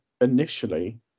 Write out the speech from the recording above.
initially